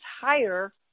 higher